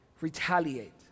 retaliate